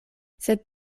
sed